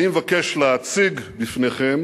אני מבקש להציג בפניכם